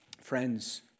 Friends